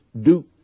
Duke